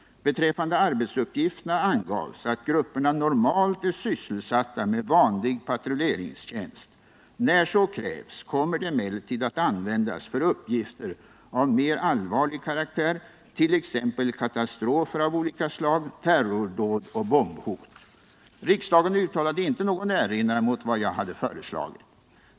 Beträffande arbetsuppgifterna angavs att grupperna normalt är sysselsatta med vanlig patrulleringstjänst. När så krävs, kommer de emellertid att användas för uppgifter av mer allvarlig karaktär, t.ex. katastrofer av olika slag, terrordåd och bombhot. Riksdagen uttalade inte någon erinran mot vad jag hade föreslagit.